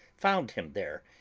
found him there,